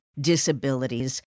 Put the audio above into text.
disabilities